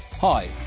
Hi